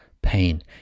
pain